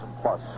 plus